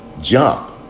jump